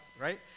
right